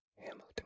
Hamilton